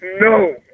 No